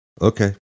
Okay